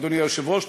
אדוני היושב-ראש,